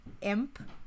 imp